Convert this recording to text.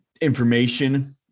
information